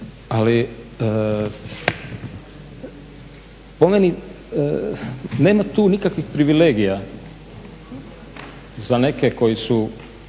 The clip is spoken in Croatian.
Ali, po meni nema tu nikakvih privilegija za neke koji su